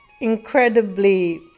incredibly